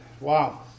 Wow